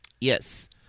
Yes